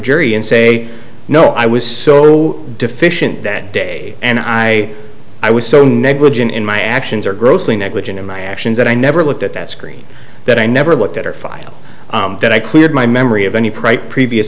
jury and say no i was so deficient that day and i i was so negligent in my actions or grossly negligent in my actions that i never looked at that screen that i never looked at her file that i cleared my memory of any pr